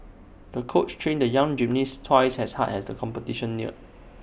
the coach trained the young gymnast twice as hard as the competition neared